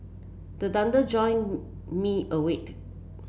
join me awake